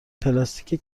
پلاستیک